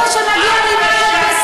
עלינו לפה והזדעקנו.